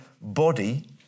body